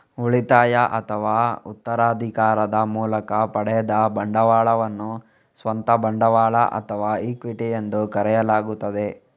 ಉಳಿತಾಯ ಅಥವಾ ಉತ್ತರಾಧಿಕಾರದ ಮೂಲಕ ಪಡೆದ ಬಂಡವಾಳವನ್ನು ಸ್ವಂತ ಬಂಡವಾಳ ಅಥವಾ ಇಕ್ವಿಟಿ ಎಂದು ಕರೆಯಲಾಗುತ್ತದೆ